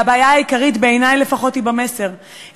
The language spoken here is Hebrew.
והבעיה העיקרית, בעיני לפחות, היא במסר.